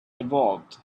evolved